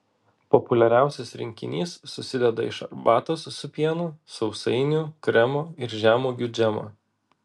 populiariausias rinkinys susideda iš arbatos su pienu sausainių kremo ir žemuogių džemo